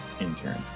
intern